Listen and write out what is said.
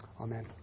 Amen